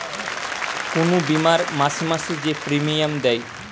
কুনু বীমার মাসে মাসে যে প্রিমিয়াম দেয়